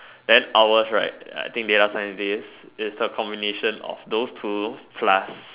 then ours right I think the data scientist is the combination of those two